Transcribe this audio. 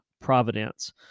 providence